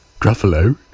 gruffalo